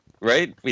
Right